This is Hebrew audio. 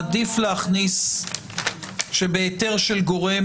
אם כן אז עדיף להכניס שבהיתר של גורם